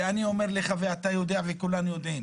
אני אומר לך, ואתה יודע וכולנו יודעים